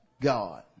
God